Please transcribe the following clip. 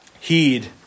Heed